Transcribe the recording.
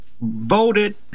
voted